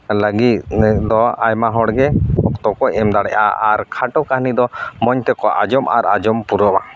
ᱞᱟᱹᱜᱤᱫ ᱫᱚ ᱟᱭᱢᱟ ᱦᱚᱲ ᱜᱮ ᱚᱠᱛᱚ ᱠᱚ ᱮᱢ ᱫᱟᱲᱮᱭᱟᱜᱼᱟ ᱟᱨ ᱠᱷᱟᱴᱚ ᱠᱟᱹᱱᱦᱤ ᱫᱚ ᱢᱚᱡᱽ ᱛᱮᱠᱚ ᱟᱸᱡᱚᱢ ᱟᱨ ᱟᱸᱡᱚᱢ ᱯᱩᱨᱟᱹᱣᱟ